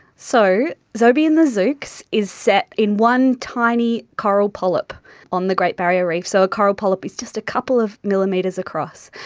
so zobi and the zoox is set in one tiny coral polyp on the great barrier reef. so a coral polyp is just a couple of millimetres across.